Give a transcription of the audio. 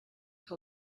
que